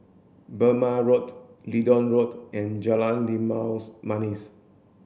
Burmah Road Leedon Road and Jalan Limau Manis